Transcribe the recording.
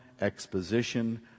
exposition